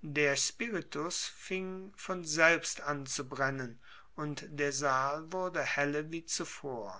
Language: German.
der spiritus fing von selbst an zu brennen und der saal wurde helle wie zuvor